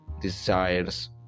desires